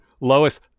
Lois